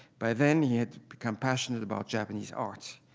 by then, he had become passionate about japanese art.